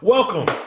Welcome